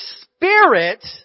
spirit